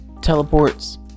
teleports